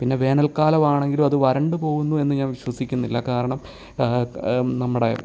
പിന്നെ വേനൽക്കാലമാണെങ്കിലും അത് വരണ്ടു പോകുന്നു എന്ന് ഞാൻ വിശ്വസിക്കുന്നില്ല കാരണം നമ്മുടെ